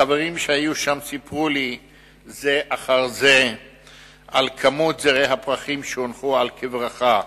החברים שהיו שם סיפרו לי זה אחר זה על כמות זרי הפרחים שהונחו על קברך,